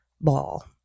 ball